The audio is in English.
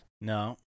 No